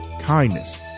kindness